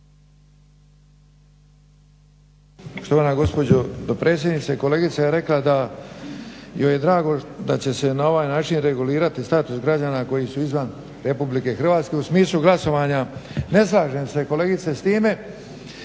(HDZ)** Štovana gospođo dopredsjednice, kolegica je rekla da joj je drago da će se na ovaj način regulirati status građana koji su izvan RH u smislu glasovanja. Ne slažem se kolegice s time.